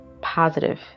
positive